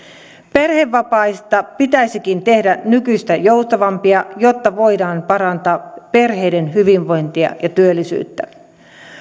perhevapaista pitäisikin tehdä nykyistä joustavampia jotta voidaan parantaa perheiden hyvinvointia ja työllisyyttä